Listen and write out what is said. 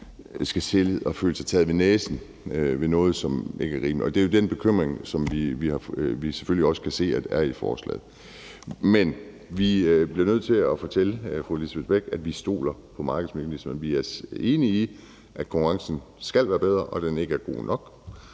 skal sidde og føle sig taget ved næsen af noget, som ikke er rimeligt. Det er jo den bekymring, vi har, over det, vi selvfølgelig også kan se at der er i forslaget. Men vi bliver nødt til at fortælle fru Lisbeth Bech-Nielsen, at vi stoler på markedsmekanismerne. Vi er enige i, at konkurrencen skal være bedre, og at den ikke er god nok.